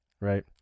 Right